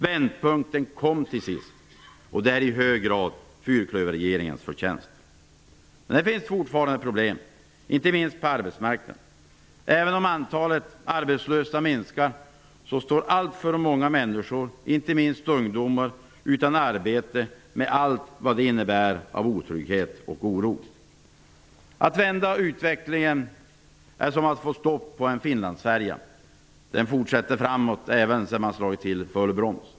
Vändpunkten kom till sist, och det är i hög grad fyrklöverregeringens förtjänst. Men det finns fortfarande problem, inte minst på arbetsmarknaden. Även om antalet arbetslösa minskar står alltför många människor, inte minst ungdomar, utan arbete, med allt vad det innebär av otrygghet och oro. Att vända utvecklingen är som att få stopp på en Finlandsfärja. Den fortsätter framåt även sedan man slagit till full broms.